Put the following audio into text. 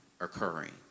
occurring